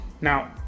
now